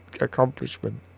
accomplishment